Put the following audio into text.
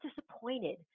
disappointed